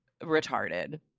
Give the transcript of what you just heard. retarded